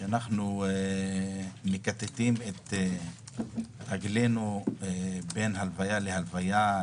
כשאנחנו מכתתים את רגלינו בין הלוויה להלוויה,